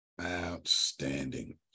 Outstanding